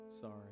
sorry